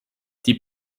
die